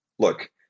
Look